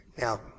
now